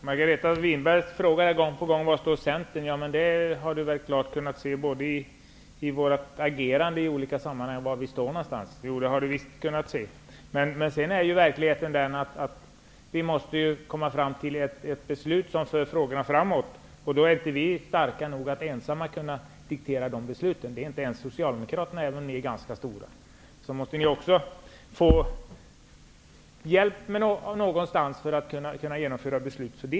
Herr talman! Margareta Winberg frågade gång på gång var Centern står. Det har hon väl klart kunnat se i vårt agerande i olika sammanhang. Det har hon visst kunnat se. Sedan är ju verkligheten den att vi måste komma fram till ett beslut som för frågorna framåt. Då är inte vi starka nog att ensamma kunna diktera de besluten. Det är inte ens Socialdemokraterna. Även om ni är ganska stora måste ni också få hjälp för att kunna genomföra beslut.